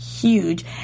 huge